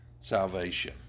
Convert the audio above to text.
salvation